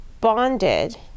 bonded